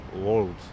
world